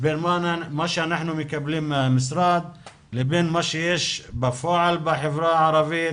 בין מה שאנחנו מקבלים מהמשרד לבין מה שיש בפועל בחברה הערבית,